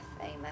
Amen